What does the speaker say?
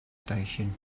station